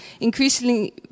increasingly